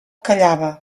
callava